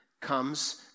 comes